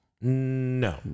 No